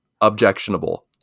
objectionable